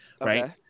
Right